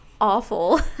awful